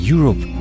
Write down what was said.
Europe